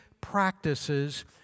practices